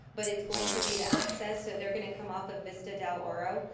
but it's going to be the access. so they're gonna come off of vista del oro,